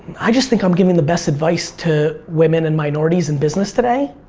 i just think i'm giving the best advice to women and minorities in business today,